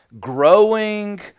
growing